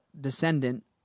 descendant